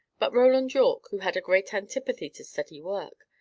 but roland yorke, who had a great antipathy to steady work,